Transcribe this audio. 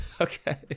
Okay